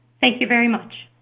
thank you very much.